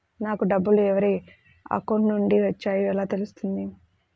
నాకు డబ్బులు ఎవరి అకౌంట్ నుండి వచ్చాయో ఎలా తెలుస్తుంది?